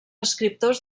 escriptors